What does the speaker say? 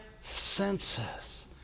senses